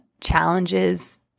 challenges